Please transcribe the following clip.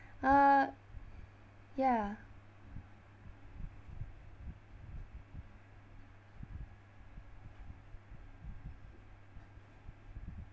uh ya